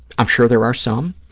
i'm sure there are some.